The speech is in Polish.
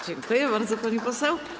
Dziękuję bardzo, pani poseł.